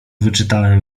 wyczytałem